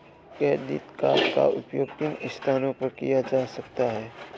Credit card का उपयोग किन स्थानों पर किया जा सकता है?